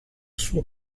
suo